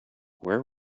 where